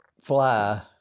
fly